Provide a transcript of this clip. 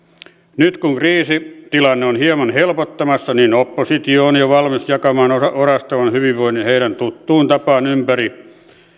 nyt kun kriisitilanne on hieman helpottamassa niin oppositio on jo valmis jakamaan orastavan hyvinvoinnin tuttuun tapaansa ympäri